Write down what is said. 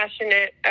passionate